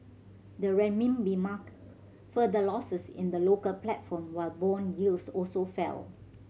the Renminbi marked further losses in the local platform while bond yields also fell